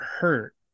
hurt